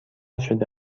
شده